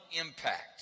impact